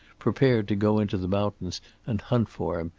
prepared to go into the mountains and hunt for him,